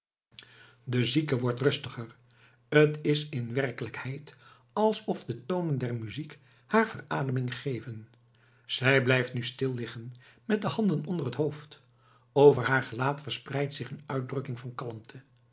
de zieke wordt rustiger t is in werkelijkheid alsof de tonen der muziek haar verademing geven zij blijft nu stilliggen met de handen onder het hoofd over haar gelaat verspreidt zich een uitdrukking van kalmte